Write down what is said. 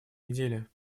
неделе